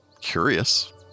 curious